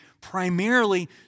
primarily